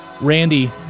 randy